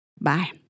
Bye